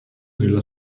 della